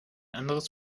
anderes